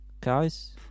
guys